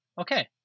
okay